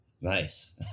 Nice